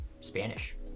spanish